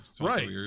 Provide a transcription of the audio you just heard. right